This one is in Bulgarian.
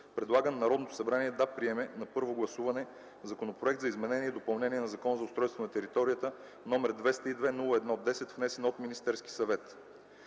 предлага на Народното събрание да приеме на първо гласуване Законопроект за изменение и допълнение на Закона за устройство на територията, № 202-01-10, внесен от Министерския съвет;